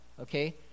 okay